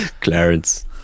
clarence